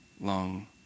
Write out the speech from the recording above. long